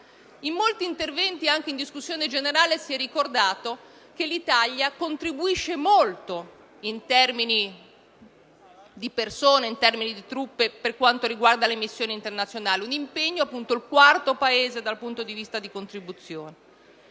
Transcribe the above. In molti interventi in discussione generale si è ricordato che l'Italia contribuisce molto in termini di personale e truppe per quanto riguarda le missioni internazionali: siamo appunto il quarto Paese dal punto di vista della contribuzione.